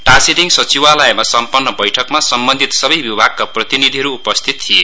टाशिडिङ सचिवालयमा सम्पन्न बैठकमा सम्बन्धित सबै विभागका प्रतिनिधिहरू उपस्थित थिए